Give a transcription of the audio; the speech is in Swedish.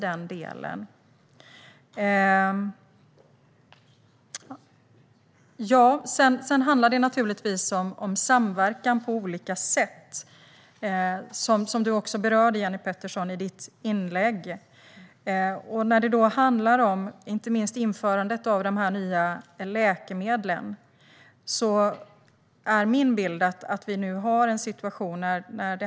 Sedan handlar det om samverkan på olika sätt, vilket du också berörde i ditt inlägg, Jenny Petersson.